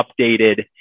updated